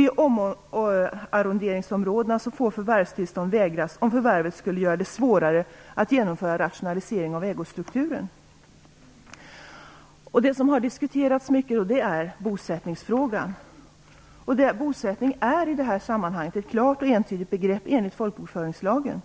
I omarronderingsområden får förvärvstillstånd vägras, om förvärvet skulle göra det svårare att genomföra rationalisering av ägostrukturen. Det som har diskuterats mycket är bosättningsfrågan. Bosättning är i det här sammanhanget ett klart och entydigt begrepp enligt folkbokföringslagen.